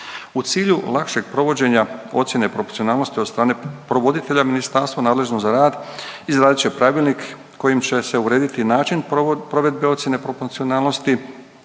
U cilju lakšeg provođenja ocjene proporcionalnosti od strane provoditelja ministarstvo nadležno za rad izradit će pravilnik kojim će se urediti način provedbe ocjene proporcionalnosti